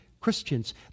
Christians